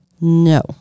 No